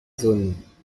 zones